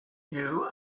you